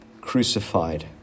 crucified